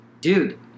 dude –